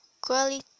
quality